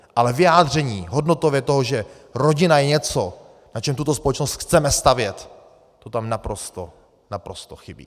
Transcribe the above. Ale vyjádření hodnotově toho, že rodina je něco, na čem tuto společnost chceme stavět, to tam naprosto, naprosto chybí.